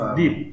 deep